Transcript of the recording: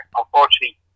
unfortunately